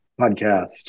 podcast